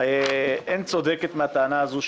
אין צודקת מן הטענה הזו,